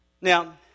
Now